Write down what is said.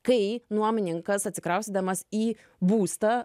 kai nuomininkas atsikraustydamas į būstą